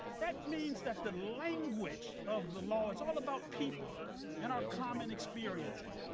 that means that the language of the law is all about people and our common experiences,